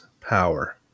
power